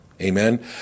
Amen